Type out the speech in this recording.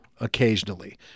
occasionally